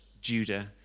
Judah